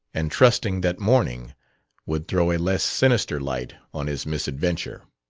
and trusting that morning would throw a less sinister light on his misadventure.